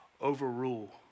overrule